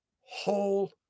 whole